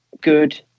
good